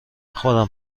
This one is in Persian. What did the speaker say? خودم